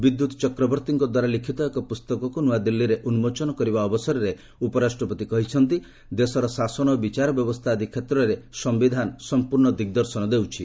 ବିଦ୍ୟୁତ୍ ଚକ୍ରବର୍ତ୍ତୀଙ୍କ ଦ୍ୱାରା ଲିଖିତ ଏକ ପୁସ୍ତକକୁ ନୂଆଦିଲ୍ଲୀରେ ଉନ୍କୋଚନ କରିବା ଅବସରରେ ଉପରାଷ୍ଟ୍ରପତି କହିଛନ୍ତି ଯେ ଦେଶର ଶାସନ ଓ ବିଚାର ବ୍ୟବସ୍ଥା ଆଦି କ୍ଷେତ୍ରରେ ସମ୍ଭିଧାନ ସଂପୂର୍ଣ୍ଣ ଦିଗ୍ଦର୍ଶନ ଦେଉଛି